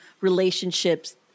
relationships